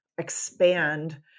expand